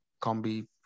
combi